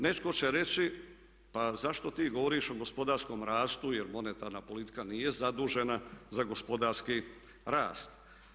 Netko će reći pa zašto ti govoriš o gospodarskom rastu, jer monetarna politika nije zadužena za gospodarski rast.